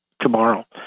tomorrow